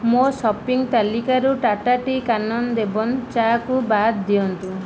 ମୋ ସପିଂ ତାଲିକାରୁ ଟାଟା ଟି କାନନ ଦେବନ୍ ଚା କୁ ବାଦ୍ ଦିଅନ୍ତୁ